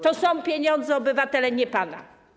To są pieniądze obywateli, nie pana.